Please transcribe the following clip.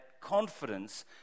confidence